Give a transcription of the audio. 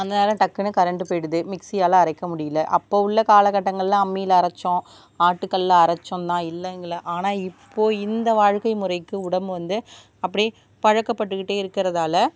அந்த நேரம் டக்குனு கரண்ட்டு போய்டுது மிக்சியால் அரைக்க முடியல அப்போ உள்ள காலக்கட்டங்களில் அம்மியில் அரைச்சோம் ஆட்டுகலில் அரைச்சோம் தான் இல்லைங்கில்ல ஆனால் இப்போது இந்த வாழ்க்கை முறைக்கு உடம்பு வந்து அப்படியே பழக்கப்பட்டுக்கிட்டே இருக்கிறதால